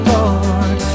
Lord